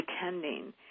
pretending